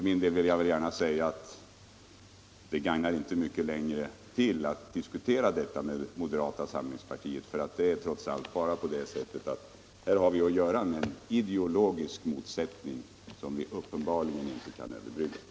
Det tjänar inte mycket till att fortsätta att diskutera med moderata samlingspartiet. Vi har här att göra med en ideologisk motsättning som uppenbarligen inte kan överbryggas.